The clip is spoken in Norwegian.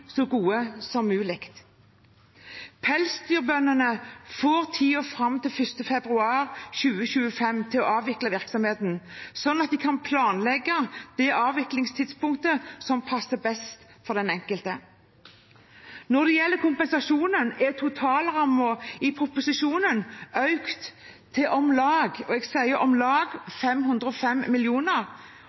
så gode som mulig. Pelsdyrbøndene får tiden fram til 1. februar 2025 til å avvikle virksomheten, slik at de kan planlegge det avviklingstidspunktet som passer best for den enkelte. Når det gjelder kompensasjon, er totalrammen i proposisjonen økt til om lag 505